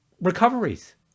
recoveries